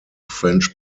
french